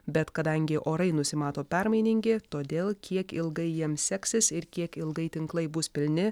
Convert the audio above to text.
bet kadangi orai nusimato permainingi todėl kiek ilgai jiems seksis ir kiek ilgai tinklai bus pilni